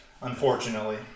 Unfortunately